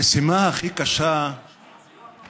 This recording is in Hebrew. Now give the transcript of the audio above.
המשימה הכי קשה לאדם